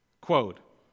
Quote